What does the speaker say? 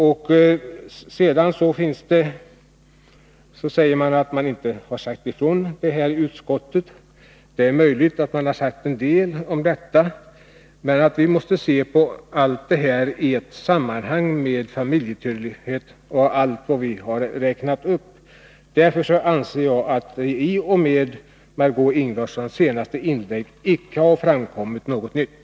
Margé Ingvardsson var också inne på frågan om huruvida vpk bevakat de här frågorna i utskottet, och det är möjligt att man till en del har varit inne på dem. Men vi måste se på frågorna om familjetillhörighet och annat i ett sammanhang, och i det avseendet har det genom Margö Ingvardssons inlägg inte framkommit något nytt.